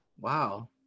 Wow